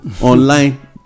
online